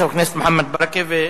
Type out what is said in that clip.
חבר הכנסת מוחמד ברכה,